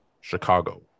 Chicago